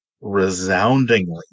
resoundingly